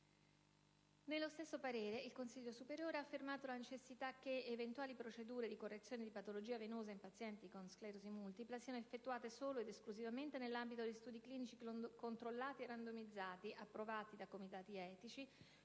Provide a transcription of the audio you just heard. Nello stesso parere il CSS ha affermato la necessità che «eventuali procedure di correzione di patologia venosa in pazienti con sclerosi multipla siano effettuate solo ed esclusivamente nell'ambito di studi clinici controllati e randomizzati, approvati da comitati etici,